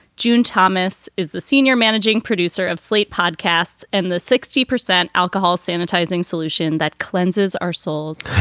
june thomas is the senior managing producer of slate podcasts and the sixty percent alcohol sanitising solution that cleanses our souls